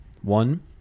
One